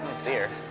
see